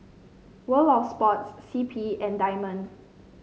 World Of Sports C P and Diamond